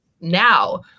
now